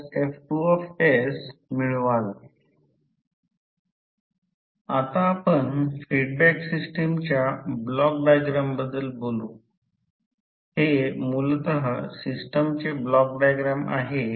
आणि R rho l A रिल्यक्टन्सच्या बाबतीत माहित आहे तो lA आहे म्हणून l A0r तर यालाच इलेक्ट्रिकल सर्किट आणि मॅग्नेटिक सर्किट मधील साधर्म्य म्हणतात